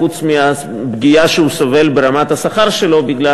חוץ מהפגיעה שהוא סובל ברמת השכר שלו בגלל